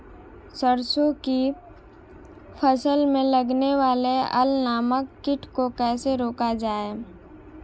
सरसों की फसल में लगने वाले अल नामक कीट को कैसे रोका जाए?